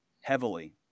heavily